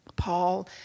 Paul